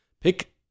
Pick